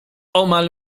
omal